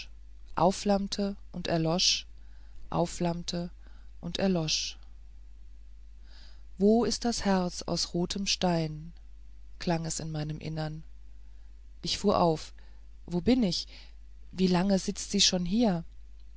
aufflammte und erlosch aufflammte und erlosch wo ist das herz aus rotem stein klang es in meinem innern ich fuhr auf wo bin ich wie lang sitzt sie schon hier